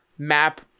map